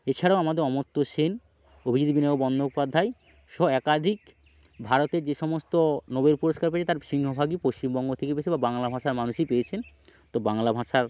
এছাড়াও আমাদের অমর্ত্য সেন অভিজিৎ বিনায়ক বন্দ্যোপাধ্যায় সহ একাদিক ভারতের যে সমস্ত নোবেল পুরস্কার পেয়েছে তার সিংহভাগই পশ্চিমবঙ্গ থেকে পেয়েছে বা বাংলা ভাষার মানুষই পেয়েছেন তো বাংলা ভাষার